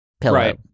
pillow